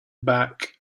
back